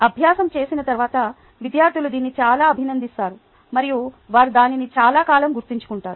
అభ్యాసo చేసిన తర్వాత విద్యార్థులు దీన్ని చాలా అభినందిస్తారు మరియు వారు దానిని చాలా కాలం గుర్తుంచుకుంటారు